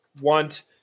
want